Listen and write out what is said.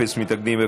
אפס מתנגדים,